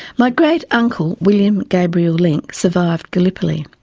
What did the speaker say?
my great uncle william gabriel link survived gallipoli.